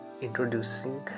introducing